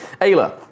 Ayla